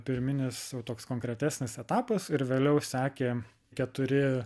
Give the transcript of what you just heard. pirminis jau toks konkretesnis etapas ir vėliau sekė keturi